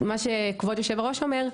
מה שכבוד יושב הראש אומר,